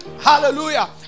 Hallelujah